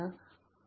yt0